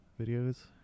videos